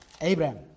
Abraham